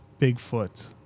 Bigfoot